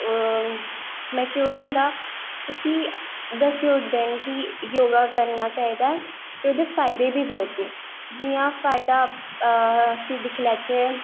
mature होंदा उसी दस्सी ओड़दे कि योगा करनां ऐ ते ओह्दे फायदे बी बौह्त नै जियां पायदा अस दिक्खी लैच्चै